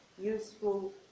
useful